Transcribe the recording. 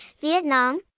Vietnam